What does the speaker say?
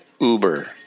Uber